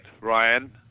Ryan